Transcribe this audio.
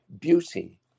beauty